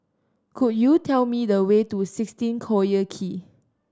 could you tell me the way to sixteen Collyer Quay